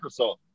Microsoft